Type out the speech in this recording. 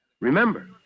Remember